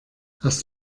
hast